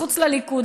מחוץ לליכוד,